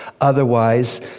otherwise